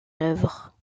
œuvre